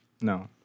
No